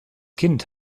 kind